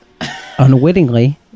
unwittingly